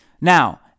Now